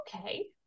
okay